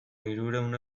hirurehun